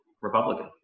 Republican